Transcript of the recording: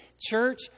church